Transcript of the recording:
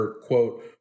quote